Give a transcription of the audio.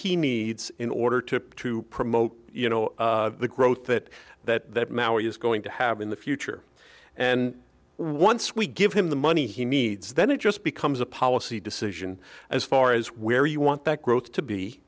he needs in order to promote you know the growth that that is going to have in the future and once we give him the money he needs then it just becomes a policy decision as far as where you want that growth to be